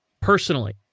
personally